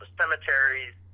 cemeteries